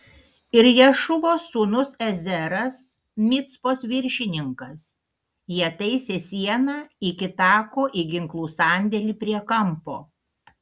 ir ješūvos sūnus ezeras micpos viršininkas jie taisė sieną iki tako į ginklų sandėlį prie kampo